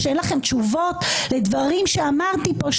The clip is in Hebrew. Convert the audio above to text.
כשאין לכם תשובות לדברים שאמרתי פה,